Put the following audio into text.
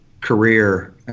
career